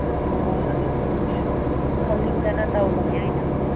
ꯑꯣ ꯑꯗꯨ ꯈꯪꯅꯤꯡꯗꯅ ꯇꯧꯕꯅꯤ ꯑꯩꯅ